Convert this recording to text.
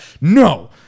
no